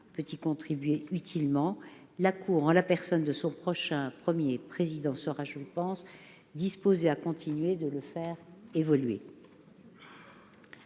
peut y contribuer utilement. La Cour, en la personne de son prochain Premier président, sera- je n'en doute pas -disposée à continuer de le faire évoluer.